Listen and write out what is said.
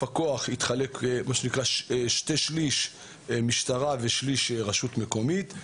הכוח התחלק לשני-שליש משטרה ושליש רשות מקומית,